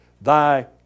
Thy